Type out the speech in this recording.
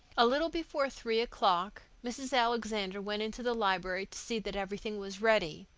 a little before three o'clock mrs. alexander went into the library to see that everything was ready.